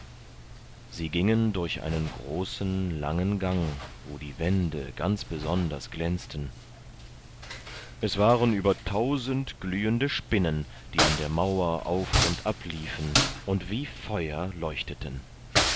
sie gingen durch einen großen langen gang wo die wände ganz besonders glänzten es waren über tausend glühende spinnen die an der mauer auf und ab liefen und wie feuer leuchteten